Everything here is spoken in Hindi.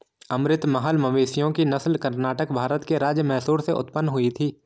अमृत महल मवेशियों की नस्ल कर्नाटक, भारत के राज्य मैसूर से उत्पन्न हुई थी